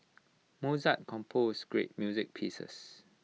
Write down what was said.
Mozart composed great music pieces